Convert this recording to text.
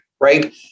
right